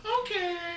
okay